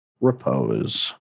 Repose